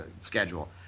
schedule